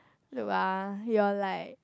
look ah you're like